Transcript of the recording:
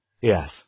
Yes